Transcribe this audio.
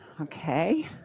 okay